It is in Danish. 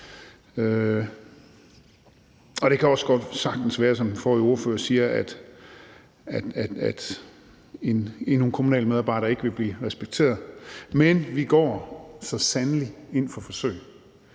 Det kan også godt sagtens være, som den forrige ordfører siger, at endnu en kommunal medarbejder ikke vil blive respekteret. Men vi går så sandelig ind for forsøget,